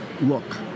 look